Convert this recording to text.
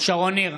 שרון ניר,